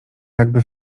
jakby